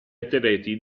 atleti